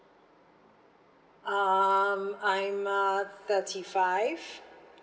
um I'm uh thirty five